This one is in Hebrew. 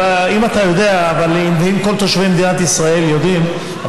אם אתה יודע ואם כל תושבי מדינת ישראל יודעים,